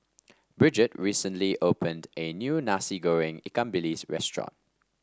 Bridget recently opened a new Nasi Goreng Ikan Bilis restaurant